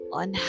on